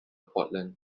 portland